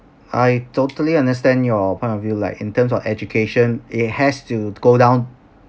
I totally understand your point of view like in terms of education it has to go down